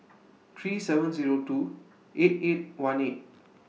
three seven Zero two eight eight one eight